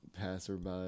passerby